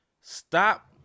Stop